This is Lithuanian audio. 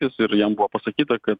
jis ir jam buvo pasakyta kad